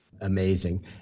Amazing